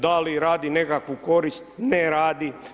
Da li radi nekakvu korist, ne radi.